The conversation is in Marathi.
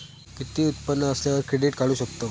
किती उत्पन्न असल्यावर क्रेडीट काढू शकतव?